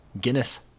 Guinness